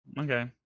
Okay